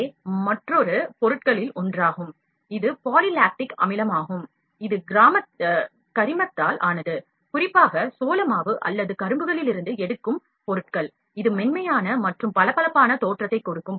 ஏ என்பது மற்றொரு பொருட்களில் ஒன்றாகும் இது polylactic அமிலமாகும் இது கரிமத்தால் ஆனது குறிப்பாக சோள மாவு அல்லது கரும்புகளிலிருந்து எடுக்கும் பொருட்கள் இது மென்மையான மற்றும் பளபளப்பான தோற்றத்தைக் கொடுக்கும்